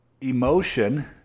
Emotion